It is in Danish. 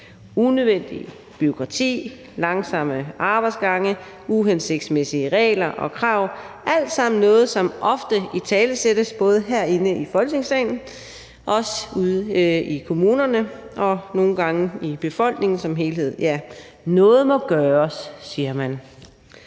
Unødvendigt bureaukrati, langsomme arbejdsgange, uhensigtsmæssige regler og krav er alt sammen noget, som ofte italesættes både herinde i Folketingssalen og ude i kommunerne og nogle gange i befolkningen som helhed – ja, noget må gøres, siger man,